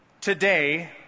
Today